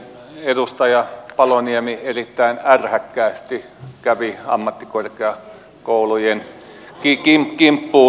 edustaja paloniemi erittäin ärhäkkäästi kävi ammattikorkeakoulujen kimppuun